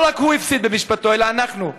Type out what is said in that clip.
לא רק הוא הפסיד במשפטו, אלא אנחנו.